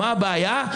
מה הבעיה?